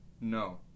No